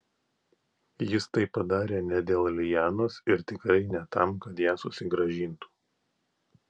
jis tai padarė ne dėl lianos ir tikrai ne tam kad ją susigrąžintų